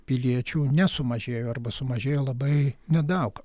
piliečių nesumažėjo arba sumažėjo labai nedaug